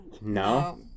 No